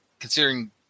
considering